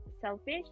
selfish